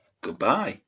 goodbye